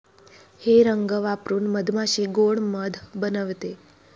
हे रंग वापरून मधमाशी गोड़ मध बनवते